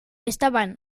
estaban